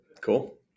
Cool